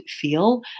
feel